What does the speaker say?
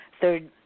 third